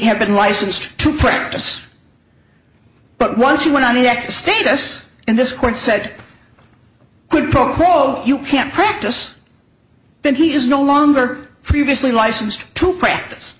have been licensed to practice but once he went on the next status and this court said good call you can't practice then he is no longer previously licensed to practice